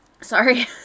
Sorry